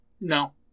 no